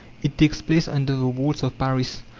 it takes place, under the walls of paris,